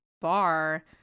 bar